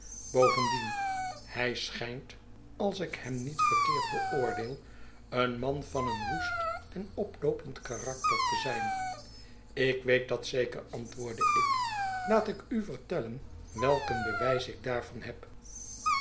hij schijnt als ik hem niet verkeerd beoordeel een man van een woest en oploopend karakter te zijn ik weet dat zeker antwoordde ik laat ik u vertellen welk een bewijs ikdaarvan heb